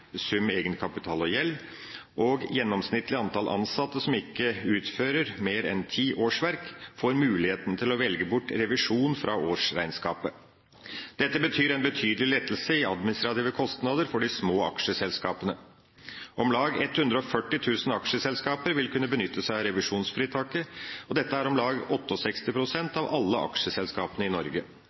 sum egenkapital og gjeld, og gjennomsnittlig antall ansatte som ikke utfører mer enn ti årsverk, får mulighet til å velge bort revisjon fra årsregnskapet. Dette betyr en betydelig lettelse i administrative kostnader for de små aksjeselskapene. Om lag 140 000 aksjeselskaper vil kunne benytte seg av revisjonsfritaket, og dette er om lag 68 pst. av alle aksjeselskapene i Norge.